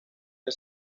que